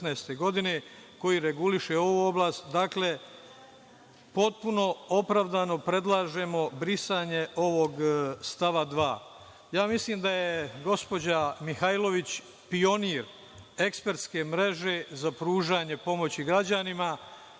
godine, koji reguliše ovu oblast. Dakle, potpuno opravdano predlažemo brisanje ovog stava 2.Mislim da je gospođa Mihajlović pionir ekspertske mreže za pružanje pomoći građanima